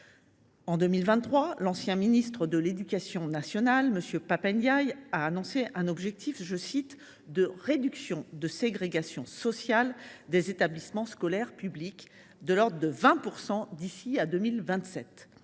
En 2023, l’ancien ministre de l’éducation nationale, M. Pap Ndiaye, a annoncé un objectif de « réduction de la ségrégation sociale » des établissements scolaires publics de l’ordre de 20 % d’ici à 2027.